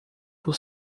por